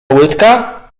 łydka